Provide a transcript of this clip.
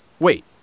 Wait